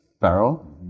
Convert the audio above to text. barrel